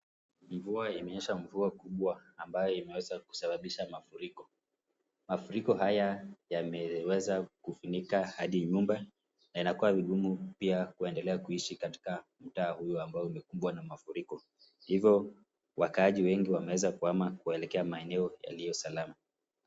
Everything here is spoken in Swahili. Mvua imenyesha mvua kubwa ambayo imeweza kusababisha mafuriko. Mafuriko haya yameweza kufunika hadi nyumba yanakua vingumu pia kuendelea kuisha katika mtaa huyu ambao umekubwa na mafuriko, hivyo wakaaji wengi wameweza kuhama kuelekea maeneo yaliyo salama.